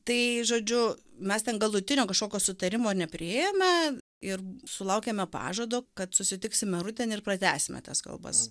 tai žodžiu mes ten galutinio kažkokio sutarimo nepriėjome ir sulaukėme pažado kad susitiksime rudenį ir pratęsime tas kalbas